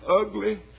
ugly